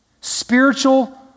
spiritual